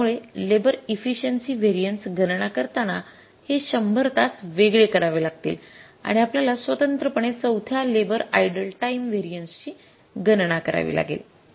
त्यामुळे labour efficiency variances गणना करताना हे शंभर तास वेगळे करावे लागतील आणि आपल्याला स्वतंत्रपणे चौथ्या लेबर आइडल टाईम व्हेरिएन्सेस ची गणना करावी लागेल